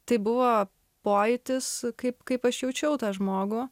tai buvo pojūtis kaip kaip aš jaučiau tą žmogų